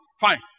Fine